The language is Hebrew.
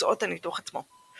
תוצאות הניתוח עצמו,